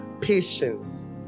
Patience